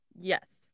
Yes